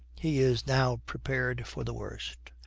he is now prepared for the worst.